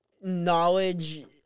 knowledge